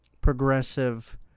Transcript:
progressive